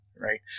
right